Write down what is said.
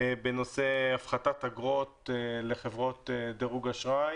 בנושא הפחתת אגרות לחברות דירוג אשראי.